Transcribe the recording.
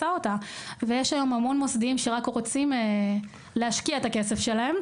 יש היום המון מוסדיים שרק רוצים להשקיע את הכסף שלהם.